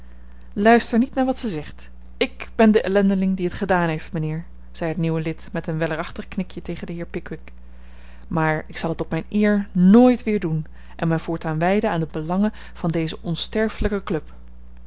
luister niet naar wat zij zegt ik ben de ellendeling die het gedaan heeft mijnheer zei het nieuwe lid met een wellerachtig knikje tegen den heer pickwick maar ik zal het op mijn eer nooit weer doen en mij voortaan wijden aan de belangen van deze onsterfelijke club